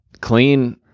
clean